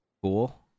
cool